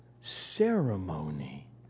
ceremony